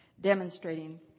demonstrating